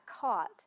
caught